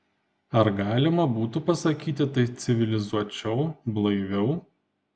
ar galima būtų pasakyti tai civilizuočiau blaiviau